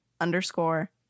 underscore